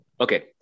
Okay